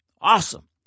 Awesome